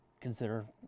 consider